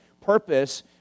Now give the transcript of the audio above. purpose